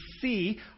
see